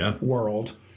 world